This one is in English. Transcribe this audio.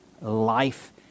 life